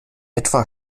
etwa